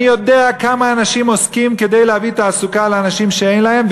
אני יודע כמה אנשים עוסקים כדי להביא תעסוקה לאנשים שאין להם,